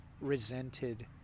resented